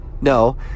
No